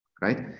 right